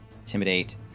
intimidate